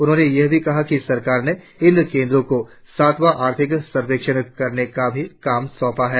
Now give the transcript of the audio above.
उन्होंने यह भी कहा कि सरकार ने इन केंद्रों को सातवां आर्थिक सर्वेक्षण करने का काम भी सौंपा है